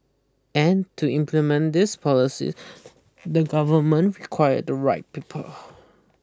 and to implement these policies the government require the right people